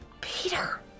Peter